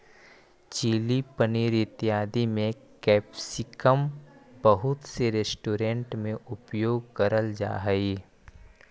chilli paneer इत्यादि में capsicum बहुत से रेस्टोरेंट में उपयोग करल जा हई